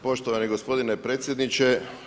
Poštovani gospodine predsjedniče.